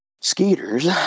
Skeeter's